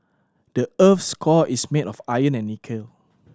the earth's core is made of iron and nickel